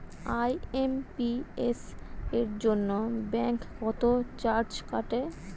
IMPS এর জন্য bank কত চার্জ কাটে?